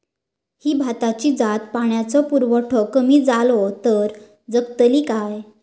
ही भाताची जात पाण्याचो पुरवठो कमी जलो तर जगतली काय?